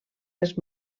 les